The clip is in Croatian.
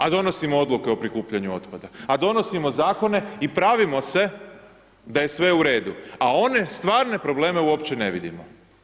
A donosimo odluke o prikupljanju otpada, a donosimo zakone i pravimo se da je sve u redu, a one stvarne problem uopće ne vidimo.